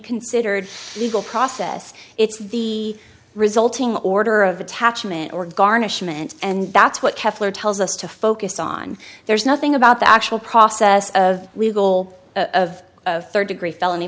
considered legal process it's the resulting order of attachment or garnishments and that's what kepler tells us to focus on there's nothing about the actual process of legal of a third degree felony